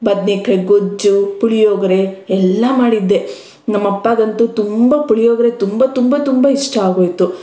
ಬದನೆಕಾಯಿ ಗೊಜ್ಜು ಪುಳಿಯೋಗ್ರೆ ಎಲ್ಲ ಮಾಡಿದ್ದೆ ನಮ್ಮಪ್ಪಗಂತೂ ತುಂಬ ಪುಳಿಯೋಗ್ರೆ ತುಂಬ ತುಂಬ ತುಂಬ ಇಷ್ಟ ಆಗೋಯ್ತು